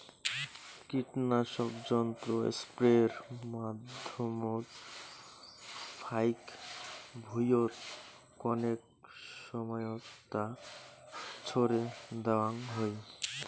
কীটনাশক যন্ত্র স্প্রের মাধ্যমত ফাইক ভুঁইয়ত কণেক সমাইয়ত তা ছড়ে দ্যাওয়াং হই